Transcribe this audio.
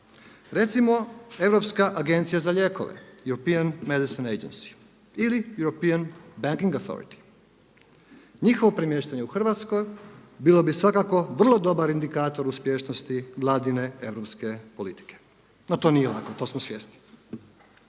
Recimo Europska agencija za lijekove, European Medicines Agency ili European Banking Authority. Njihovo premještanje u Hrvatskoj bilo bi svakako vrlo dobar indikator uspješnosti vladine europske politike. No to nije lako, to smo svjesni.